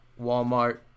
Walmart